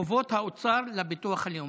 חובות האוצר לביטוח הלאומי.